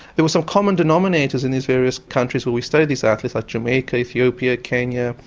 there were some common denominators in these various countries where we studied these athletes, like jamaica, ethiopia, kenya,